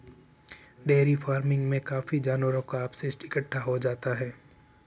dairy farming में काफी जानवरों का अपशिष्ट इकट्ठा हो जाता है